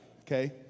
okay